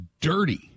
dirty